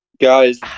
Guys